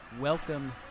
welcome